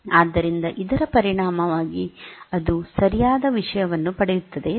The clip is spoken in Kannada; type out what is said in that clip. ಆದ್ದರಿಂದ ಇದರ ಪರಿಣಾಮವಾಗಿ ಅದು ಸರಿಯಾದ ವಿಷಯವನ್ನು ಪಡೆಯುತ್ತದೆ